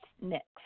next